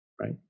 right